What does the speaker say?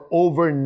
over